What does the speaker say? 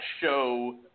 show